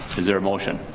is there a motion?